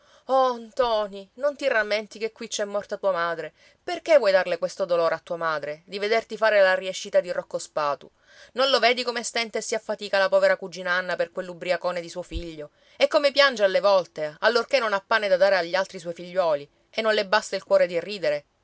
oh ntoni non ti rammenti che qui c'è morta tua madre perché vuoi darle questo dolore a tua madre di vederti fare la riescita di rocco spatu non lo vedi come stenta e si affatica la povera cugina anna per quell'ubbriacone di suo figlio e come piange alle volte allorché non ha pane da dare agli altri suoi figliuoli e non le basta il cuore di ridere